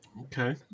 Okay